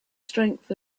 strength